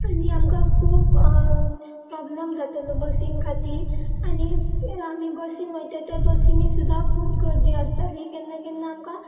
आनी आमकां खूब प्रोब्लम जातलो बसीं खातीर आनी आमी बसीन वयता त्या बसीनी सुद्दा खूब गर्दी आसताली केन्ना केन्ना आमकां